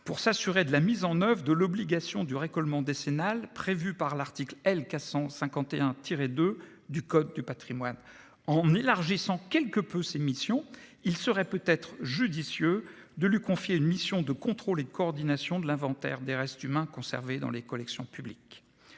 pour s'assurer de la mise en oeuvre de l'obligation du récolement décennal prévu par l'article L. 451-2 du code du patrimoine. En élargissant quelque peu ses missions, il serait peut-être judicieux de lui confier une mission de contrôle et de coordination de l'inventaire des restes humains conservés dans les collections publiques.